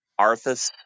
Arthas